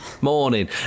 Morning